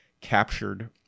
captured